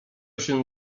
się